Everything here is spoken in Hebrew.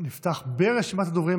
נפתח ברשימת הדוברים,